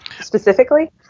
specifically